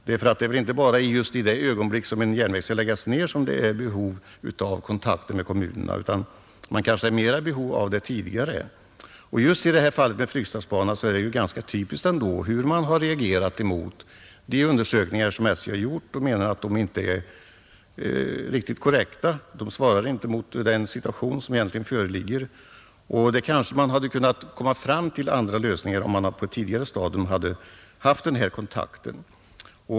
Det är nämligen inte bara i det ögonblick då järnvägen skall läggas ner som det finns behov av kontakt med kommunerna, utan man kanske är i större behov av sådan kontakt tidigare. Just i fallet med Fryksdalsbanan är det ganska typiskt hur man har reagerat mot de undersökningar som SJ har gjort. Man har ansett att de inte är riktigt korrekta och att de inte svarar mot den situation som egentligen föreligger. Kanske man hade kunnat komma fram till andra lösningar, om man på ett tidigare stadium hade haft den här kontakten.